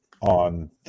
on